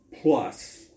plus